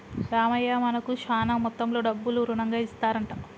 రామయ్య మనకు శాన మొత్తంలో డబ్బులు రుణంగా ఇస్తారంట